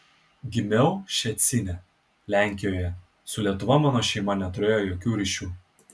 gimiau ščecine lenkijoje su lietuva mano šeima neturėjo jokių ryšių